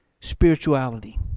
spirituality